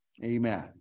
amen